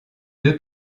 deux